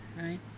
right